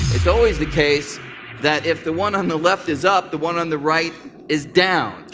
it's always the case that if the one on the left is up, the one on the right is down.